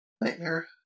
nightmare